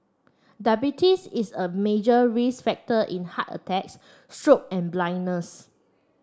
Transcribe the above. diabetes is a major risk factor in heart attacks stroke and blindness